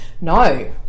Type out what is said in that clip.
No